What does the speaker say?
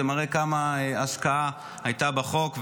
זה מראה כמה השקעה הייתה בחוק,